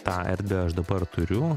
tą erdvę aš dabar turiu